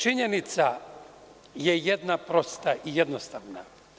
Činjenica je jedna prosta i jednostavna.